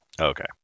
Okay